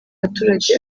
abaturage